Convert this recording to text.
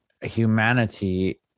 humanity